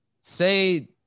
say